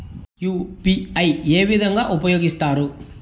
UPI ఏ విధంగా ఉపయోగిస్తారు?